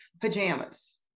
pajamas